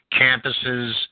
campuses